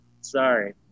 sorry